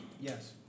Yes